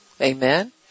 Amen